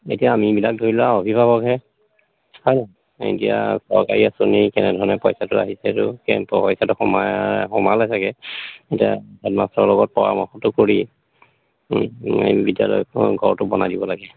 এতিয়া আমিবিলাক ধৰি লোৱা অভিভাৱকহে হয়নে এতিয়া চৰকাৰী আঁচনি কেনেধৰণে পইচাটো আহিছেতো কেনেকৈ পইচাটো সোমায় সোমালে চাগে এতিয়া হেডমাষ্টৰৰ লগত পৰামৰ্শটো কৰি এই বিদ্যালয়খনৰ ঘৰটো বনাই দিব লাগে